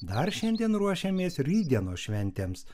dar šiandien ruošėmės rytdienos šventėms